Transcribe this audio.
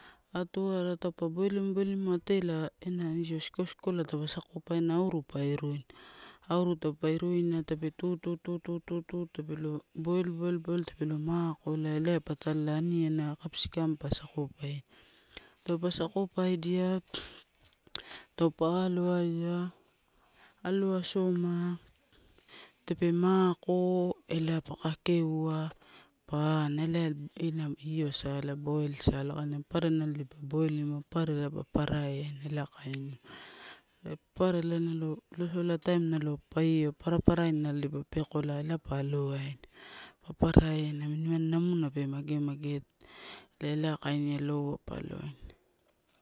Atuwara taupe boilimua, boiliua atela ena io siko sikola taupe sakopaina auru pa iruina. Auru taupe imina tape tu, tu, tu, tu, tu, tu tape lo boil, boil, boil tape lo mako, elaea patalo elae awana, capsikam pa sakopaina. Taupa sakop widia taupe aloaia, alo asoma, tape mako ela pa kakeoua pa ana elai ena io boil sala. Papara nalo dipa boilimua, papara elai pa paraina ela kainiua. Are papara halo losola taim na lo lo paraparain nalo dipa peko elai ela pa alowaina, papara e naminb waini namuina pe mage mage a elae ela kaini alouwa pa alowaina.